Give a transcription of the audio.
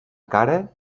cara